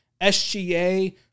SGA